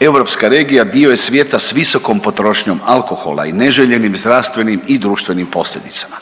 Europska regija dio je svijeta s visokom potrošnjom alkohola i neželjenim zdravstvenim i društvenim posljedicama.